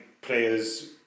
players